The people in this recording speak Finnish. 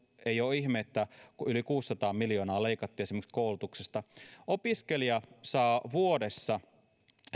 ei ole ihme että yli kuusisataa miljoonaa leikattiin esimerkiksi koulutuksesta niin voidaan katsoa että opiskelija saa vuodessa